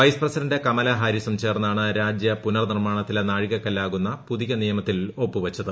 vice president കമലാഹാരിസും ചേർന്നാണ് രാജ്യ പുനർനിർമാണത്തിലെ നാഴികക്കല്ലാകുന്ന പുതിയ നിയമത്തിൽ ഒപ്പുവെച്ചത്